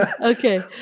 okay